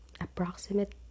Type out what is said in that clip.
approximate